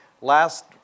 Last